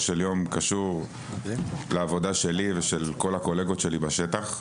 של יום קשור לעבודה שלי ושל כל הקולגות שלי בשטח.